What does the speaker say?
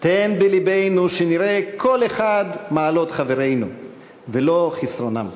תן בלבנו שנראה כל אחד מעלות חברינו ולא חסרונם,